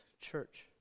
church